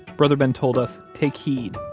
brother ben told us, take heed.